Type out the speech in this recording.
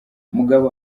mugabo